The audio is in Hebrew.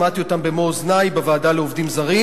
שמעתי אותם במו-אוזני בוועדה לעובדים זרים,